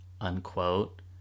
unquote